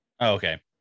okay